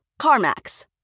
CarMax